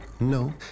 No